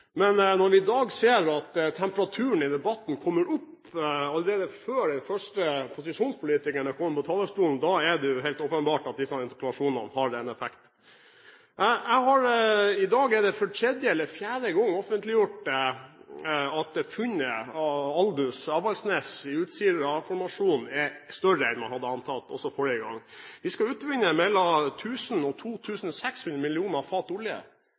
Men når man i dag ser at temperaturen i debatten kommer opp allerede før den første opposisjonpolitikeren er kommet på talerstolen, er det helt åpenbart at disse interpellasjonene har en effekt. I dag er det for tredje eller fjerde gang offentliggjort at funnet Aldous/Avaldsnes i Utsira-formasjonen er større enn man har antatt – også forrige gang. Vi skal utvinne mellom